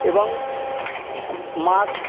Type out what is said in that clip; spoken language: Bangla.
এবং মাছ